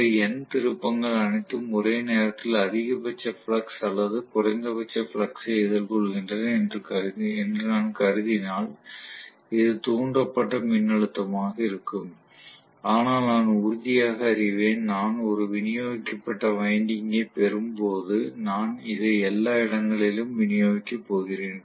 இந்த N திருப்பங்கள் அனைத்தும் ஒரே நேரத்தில் அதிகபட்ச ஃப்ளக்ஸ் அல்லது குறைந்தபட்ச ஃப்ளக்ஸை எதிர்கொள்கின்றன என்று நான் கருதினால் இது தூண்டப்பட்ட மின்னழுத்தமாக இருக்கும் ஆனால் நான் உறுதியாக அறிவேன் நான் ஒரு விநியோகிக்கப்பட்ட வைண்டிங்கை பெறும் போது நான் இதை எல்லா இடங்களிலும் விநியோகிக்கப் போகிறேன்